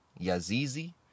Yazizi